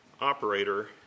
operator